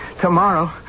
Tomorrow